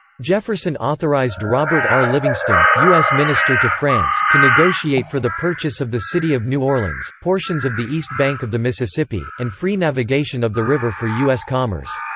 jefferson authorized robert r. livingston, u s. minister to france, to negotiate for the purchase of the city of new orleans, portions of the east bank of the mississippi, and free navigation of the river for u s. commerce.